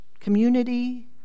Community